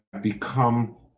become